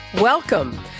welcome